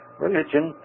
Religion